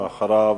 אחריו,